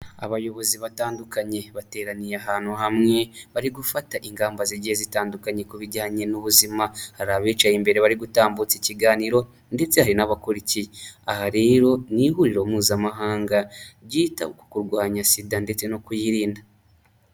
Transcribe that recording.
Abayobozi batandukanye bateraniye ahantu hamwe, bari gufata ingamba zigiye zitandukanye ku bijyanye n'ubuzima. hari abicaye imbere bari gutambutsa ikiganiro, ndetse hari n'abakurikiye, aha rero ni ihuriro mpuzamahanga ryita ku kurwanya Sida ndetse no kuyirinda.